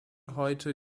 heute